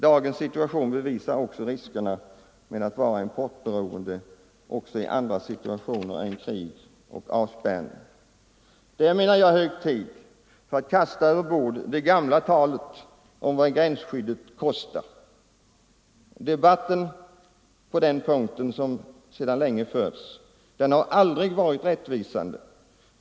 Dagens situation visar också riskerna med att vara importberoende även i andra situationer än krig och avspärrning. Det är hög tid att kasta över bord det gamla talet om vad gränsskyddet kostar. Debatten på den punkten har aldrig varit rättvisande.